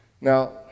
Now